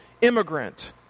immigrant